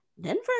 Denver